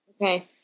okay